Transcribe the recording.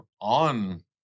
on